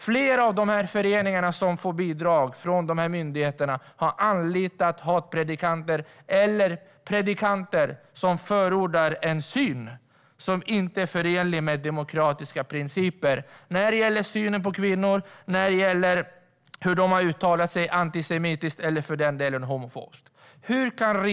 Flera av föreningarna som får bidrag av de här myndigheterna har anlitat hatpredikanter eller predikanter som förordar en syn som inte är förenlig med demokratiska principer. Det gäller synen på kvinnor, och det gäller hur de har uttalat sig antisemitiskt eller för den delen homofobiskt.